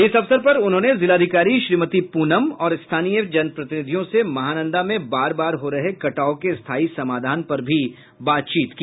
इस अवसर पर उन्होंने जिलाधिकारी श्रीमती प्रनम और स्थानीय जनप्रतिनिधियों से महानन्दा में बार बार हो रहे कटाव के स्थायी समाधान पर भी बातचीत की